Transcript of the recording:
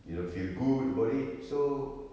you don't feel good about it so